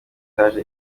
stage